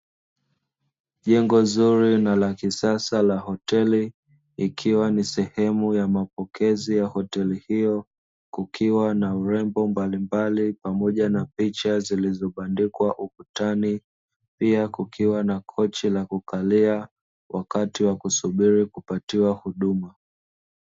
Jengo zuri na la kisasa la hoteli, ikiwa ni sehemu ya mapokezi ya hoteli hiyo kukiwa na urembo mbalimbali pamoja na picha zilizobandikwa ukutani, pia kukiwa na kochi la kukalia wakati wa kusubiri kupatiwa huduma.